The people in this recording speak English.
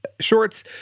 shorts